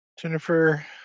Jennifer